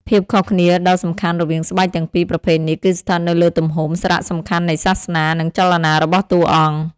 ភាពខុសគ្នាដ៏សំខាន់រវាងស្បែកទាំងពីរប្រភេទនេះគឺស្ថិតនៅលើទំហំ សារៈសំខាន់នៃសាសនា និងចលនារបស់តួអង្គ។